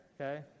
okay